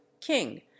King